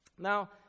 Now